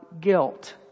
guilt